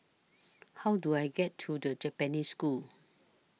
How Do I get to The Japanese School